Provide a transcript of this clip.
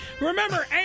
Remember